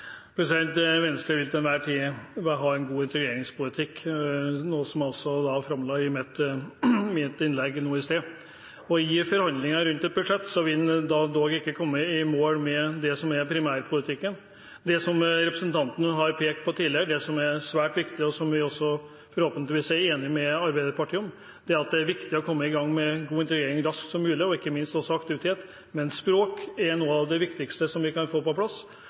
integreringspolitikk, noe som jeg også sa i mitt innlegg nå i sted. I forhandlingene rundt et budsjett vil en dog ikke komme i mål med det som er primærpolitikken. Det som representanten har pekt på tidligere, som er svært viktig, og som vi forhåpentligvis er enige med Arbeiderpartiet om, er at det er viktig å komme i gang med god integrering så raskt som mulig, og ikke minst også aktivitet, men språk er noe av det viktigste som vi kan få på plass.